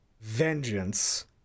vengeance